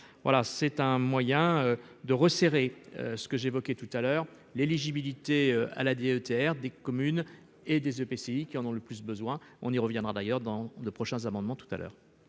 c'est un moyen de resserrer ce que j'évoquais tout à l'heure l'éligibilité à la DETR des communes et des EPCI qui en ont le plus besoin, on y reviendra d'ailleurs dans de prochains amendements tout à l'heure.